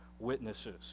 witnesses